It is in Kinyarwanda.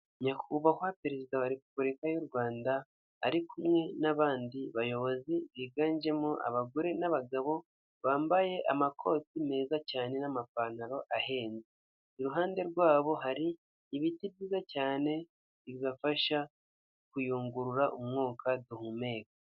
Nyakubahwa perezida wa repubulika y'u Rwanda ari kumwe n'abandi bayobozi biganjemo abagore n'abagabo bambaye amakoti meza cyane n'amapantaro ahenze, iruhande rwabo hari ibiti byiza cyane bibafasha kuyungurura umwuka duhumeka.